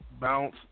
Bounce